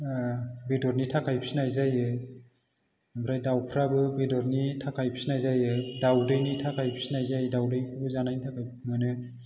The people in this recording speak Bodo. बेदरनि थाखाय फिसिनाय जायो ओमफ्राइ दावफ्राबो बेदरनि थाखाय फिसिनाय जायो दावदैनि थाखाय फिसिनाय जायो दावदैखौबो जानायनि थाखाय मोनो